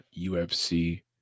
UFC